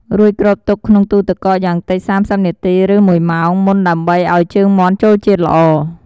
រួចគ្របទុកក្នុងទូទឹកកកយ៉ាងតិច ៣០ នាទី ឬ ១ ម៉ោងមុនដើម្បីឱ្យជើងមាន់ចូលជាតិល្អ។